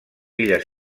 illes